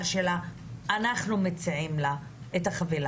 מסוים אנחנו מציעים לה את החבילה.